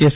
S